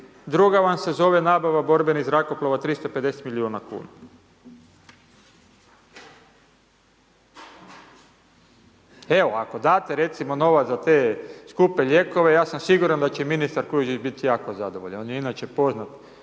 druga vam se zove nabava borbenih zrakoplova 350 milijuna kuna. Evo, ako date recimo novac za te skupe lijekove, ja sam siguran da će ministar Kujundžić biti jako zadovoljan, on je inače poznat,